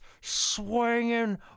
swinging